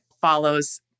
follows